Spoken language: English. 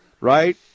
right